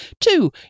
Two